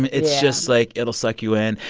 it's just, like, it'll suck you in.